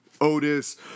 Otis